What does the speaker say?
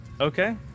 Okay